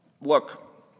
look